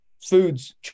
foods